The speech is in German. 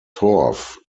torf